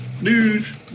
news